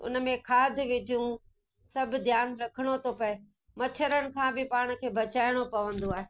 उन में खाद विझूं सभु ध्यानु रखिणो थो पए मछरनि खां बि पाण खे बचाइणो पवंदो आहे